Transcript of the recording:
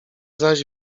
zaś